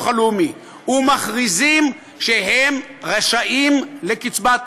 הלאומי ומכריזים שהם רשאים לקצבת סיעוד,